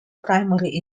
primary